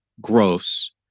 gross